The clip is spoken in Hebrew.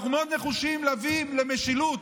אנחנו מאוד נחושים להביא למשילות,